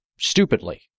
stupidly